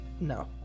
No